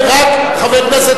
(קורא בשמות חברי הכנסת)